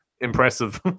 impressive